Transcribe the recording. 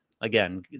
Again